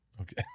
Okay